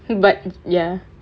but ya